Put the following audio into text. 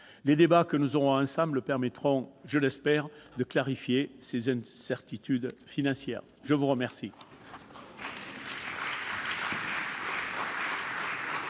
Les débats que nous aurons, ensemble, permettront, je l'espère, de clarifier ces incertitudes financières. La parole